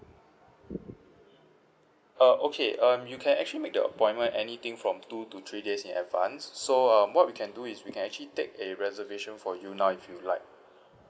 uh okay um you can actually make the appointment anything from two to three days in advance so uh what we can do is we can actually take a reservation for you now if you would like